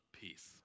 Peace